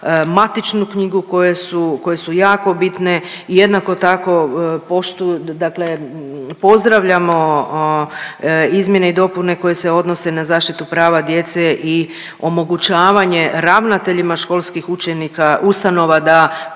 matičnu knjigu koje su, koje su jako bitne i jednako tako poštu…, dakle pozdravljamo izmjene i dopune koje se odnose na zaštitu prava djece i omogućavanje ravnateljima školskih učenika ustanova da